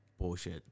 bullshit